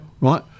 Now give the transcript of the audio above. Right